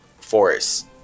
forests